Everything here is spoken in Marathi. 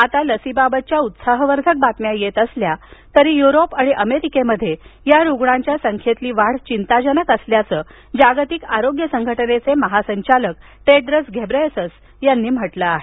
आता लसीबाबतच्या उत्साहवर्धक बातम्या येत असल्या तरी युरोप आणि अमेरिकेमध्ये या रुग्णांच्या संख्येतील वाढ चिंताजनक असल्याचं जागतिक आरोग्य संघटनेचे महासंचालक टेड्रस घेब्रेयेसस यांनी म्हटलं आहे